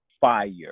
fire